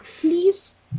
please